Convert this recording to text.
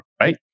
right